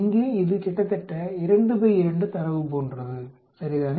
இங்கே இது கிட்டத்தட்ட 22 தரவு போன்றது சரிதானே